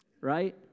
right